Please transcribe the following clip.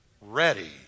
ready